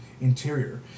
interior